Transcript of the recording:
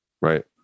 right